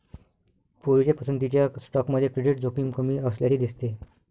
पूर्वीच्या पसंतीच्या स्टॉकमध्ये क्रेडिट जोखीम कमी असल्याचे दिसते